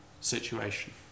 situation